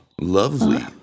Lovely